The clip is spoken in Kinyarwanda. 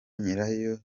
nyirayo